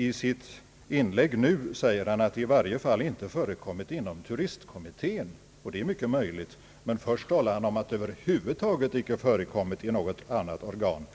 I sitt senaste inlägg säger han att det i varje fall inte förekommit några diskussioner inom turistkommittén — och det är mycket möjligt. Först talade han om att det över huvud taget inte förekommit några diskussioner i något annat organ